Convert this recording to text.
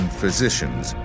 physicians